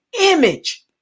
image